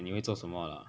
你会做什么 lah